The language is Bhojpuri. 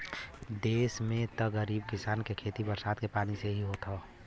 देस में त गरीब किसानन के खेती बरसात के पानी से ही होत हौ